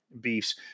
beefs